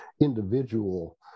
individual